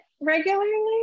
regularly